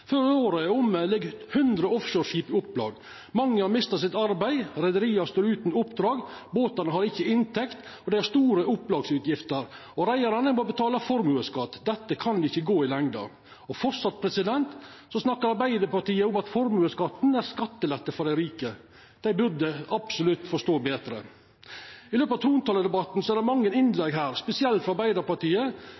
året er omme, ligg 100 offshoreskip i opplag. Mange har mista arbeidet, reiarlaga står utan oppdrag, båtane har ikkje inntekt, og det er store opplagsutgifter. Reiarane må betala formuesskatt. Dette kan ikkje gå i lengda. Framleis snakkar Arbeidarpartiet om at formuesskatten er skattelette for dei rike. Dei burde absolutt forstå betre. I løpet av trontaledebatten har det vore mange